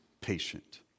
patient